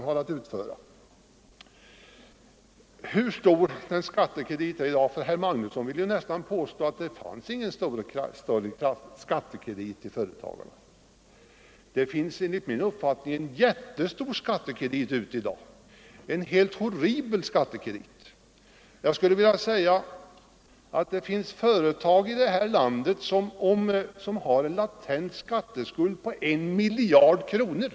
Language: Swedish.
Herr Magnusson i Borås tycks vilja påstå att det inte finns någon större skattekredit till företagarna. Det finns, enligt min uppfattning, en jättestor skattekredit i dag, en helt horribel skattekredit. Jag tror att det i det här landet förekommer att ett enda företag har en latent skatteskuld på 1 miljard kronor.